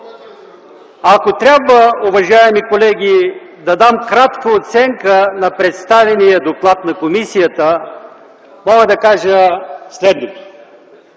Ако трябва, уважаеми колеги, да дам кратка оценка на представения доклад на комисията, мога да кажа следното.